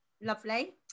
lovely